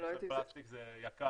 מחזור של פלסטיק זה יקר.